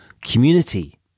community